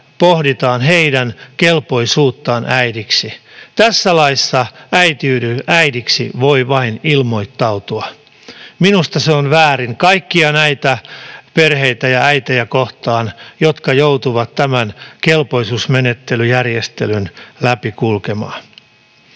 pohditaan heidän kelpoisuuttaan äidiksi. Tässä laissa äidiksi voi vain ilmoittautua. Minusta se on väärin kaikkia näitä perheitä ja äitejä kohtaan, jotka joutuvat tämän kelpoisuusmenettelyn läpi kulkemaan.